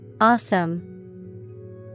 Awesome